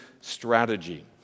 strategy